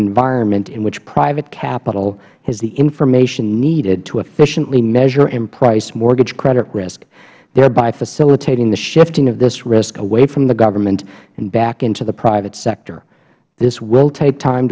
environment in which private capital has the information needed to efficiently measure and price mortgage credit risk thereby facilitating the shifting of this risk away from the government and back into the private sector this will take time